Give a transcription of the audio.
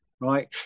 Right